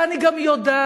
אני גם יודעת